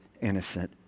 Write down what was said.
innocent